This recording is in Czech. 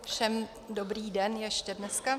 Všem dobrý den ještě dneska.